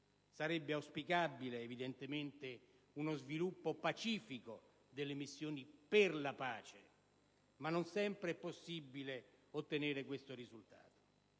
Sarebbe auspicabile evidentemente uno sviluppo pacifico delle missioni per la pace, ma non sempre è possibile ottenere questo risultato.